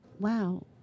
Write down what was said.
Wow